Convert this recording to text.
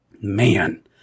man